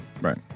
Right